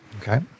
Okay